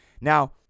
Now